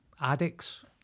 addicts